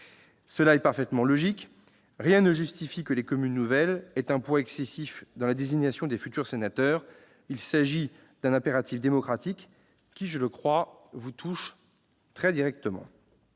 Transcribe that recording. Cela est parfaitement logique : rien ne justifie que les communes nouvelles aient un poids excessif dans la désignation des futurs sénateurs. Il s'agit d'un impératif démocratique qui, je le crois, vous touche très directement